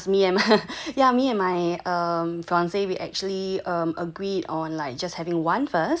first because me and my yeah me and my fiance we actually agreed on like just having one first